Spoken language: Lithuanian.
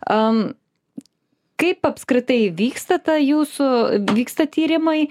kaip apskritai vyksta ta jūsų vyksta tyrimai